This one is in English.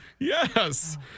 Yes